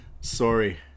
Sorry